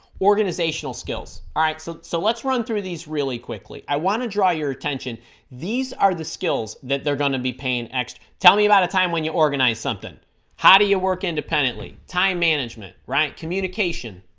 organizational skills all right so so let's run through these really quickly i want to draw your attention these are the skills that they're gonna be paying extra tell me about a time when you or nice something how do you work independently time management rank communication